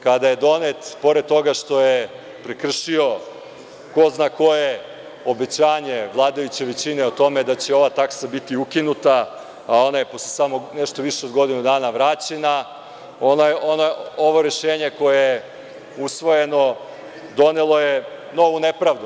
Kada je donet, pored toga što je prekršio ko zna koje obećanje vladajuće većine o tome da će ova taksa biti ukinuta, a ona je posle samo nešto više od godinu dana vraćena, ovo rešenje koje je usvojeno donelo je novu nepravdu.